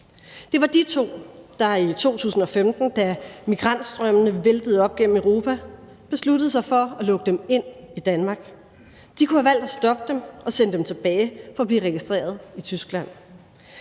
Det var de to, der i 2015, da migrantstrømmene væltede op gennem Europa, besluttede sig for at lukke dem ind i Danmark. De kunne have valgt at stoppe dem og sende dem tilbage for at blive registreret i Tyskland.